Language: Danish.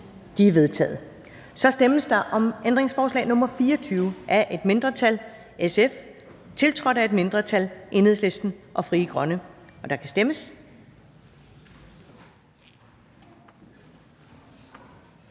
De er vedtaget. Så stemmes der om ændringsforslag nr. 24 af et mindretal (SF), tiltrådt af et mindretal (EL og FG), og der kan stemmes.